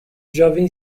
jovem